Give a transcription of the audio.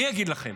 אני אגיד לכם.